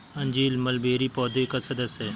अंजीर मलबेरी पौधे का सदस्य है